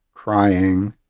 crying,